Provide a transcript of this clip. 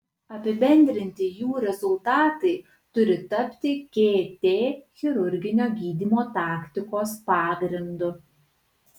apibendrinti jų rezultatai turi tapti kt chirurginio gydymo taktikos pagrindu